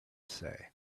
say